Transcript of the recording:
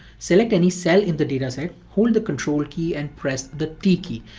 select any cell in the data set, hold the control key and press the t key.